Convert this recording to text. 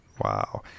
Wow